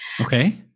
Okay